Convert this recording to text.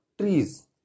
trees